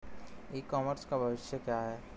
ई commerce का भविष्य क्या है?